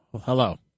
Hello